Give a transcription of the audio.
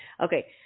Okay